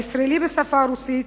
הערוץ הישראלי בשפה הרוסית,